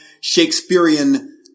Shakespearean